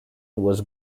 was